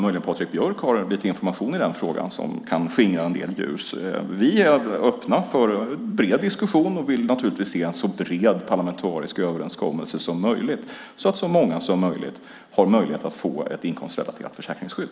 Möjligen har Patrik Björck lite information som kan sprida en del ljus över den frågan. Vi är öppna för en bred diskussion och vill naturligtvis se en så bred parlamentarisk överenskommelse som möjligt så att så många som möjligt kan få ett inkomstrelaterat försäkringsskydd.